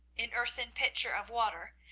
an earthen pitcher of water,